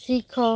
ଶିଖ